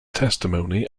testimony